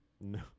No